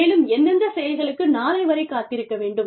மேலும் எந்தெந்த செயல்களுக்கு நாளை வரை காத்திருக்க வேண்டும்